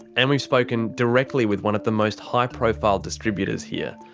and we've spoken directly with one of the most high-profile distributors here.